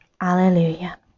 Alleluia